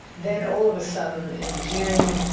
then all of a sudden in june,